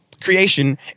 Creation